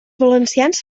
valencians